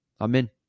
Amen